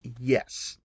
yes